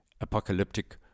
apocalyptic